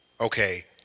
okay